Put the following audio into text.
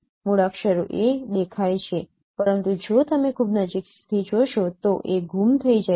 મૂળાક્ષરો 'a ' દેખાય છે પરંતુ જો તમે ખૂબ નજીકથી જોશો તો 'a' ગુમ થઈ જાય છે